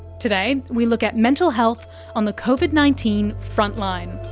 today, we look at mental health on the covid nineteen frontline.